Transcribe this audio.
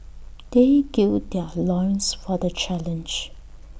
they gird their loins for the challenge